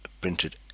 printed